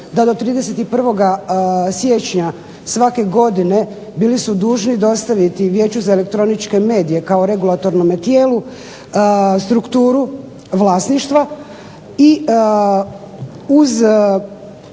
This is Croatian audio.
da do 31. siječnja svake godine bili su dužni dostaviti Vijeću za elektroničke medije kao regulatornome tijelu strukturu vlasništva i uz